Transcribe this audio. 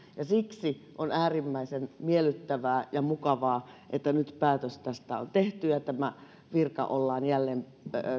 ja siksi on äärimmäisen miellyttävää ja mukavaa että nyt päätös tästä on tehty ja tämä virka ollaan jälleen